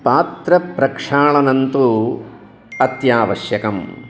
पात्रप्रक्षालनन्तु अत्यावश्यकं